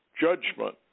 judgment